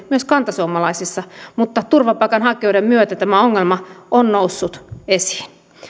myös kantasuomalaisissa mutta turvapaikanhakijoiden myötä tämä ongelma on noussut esiin